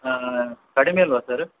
ಹಾಂ ಕಡಿಮೆ ಇಲ್ವ ಸರ್